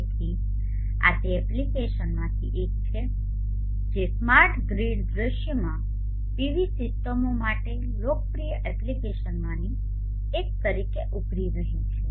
તેથી આ તે એપ્લિકેશનમાંથી એક છે જે સ્માર્ટ ગ્રીડ દૃશ્યમાં પીવી સિસ્ટમો માટે લોકપ્રિય એપ્લિકેશનમાંની એક તરીકે ઉભરી રહી છે